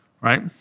right